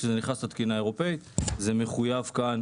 כשזה נכנס לתקינה האירופאית זה מחויב כאן